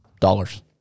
dollars